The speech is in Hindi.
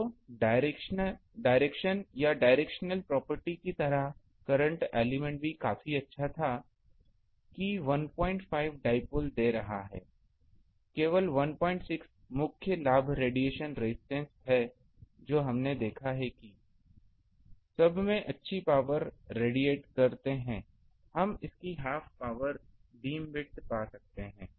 तो डायरेक्शन या डायरेक्शनल प्रॉपर्टी की तरह करंट एलिमेंट भी काफी अच्छा था कि 15 डाइपोल दे रहा है केवल 16 मुख्य लाभ रेडिएशन रजिस्टेंस है जो हमने देखा है कि सब में अच्छी पावर रेडिएट करते हैं हम इसकी हाफ पावर बीमविथ पा सकते हैं